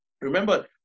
Remember